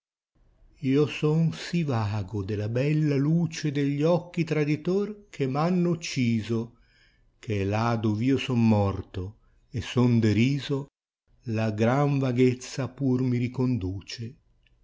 o son sì vago della bella luce degli occhi traditor che m hanno oeciso che là dov io son morto e son derìso la gran vaghezza pur mi riconduce